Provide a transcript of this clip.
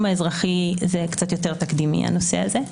האזרחי זה קצת יותר תקדימי הנושא הזה,